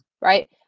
right